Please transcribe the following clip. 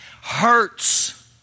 hurts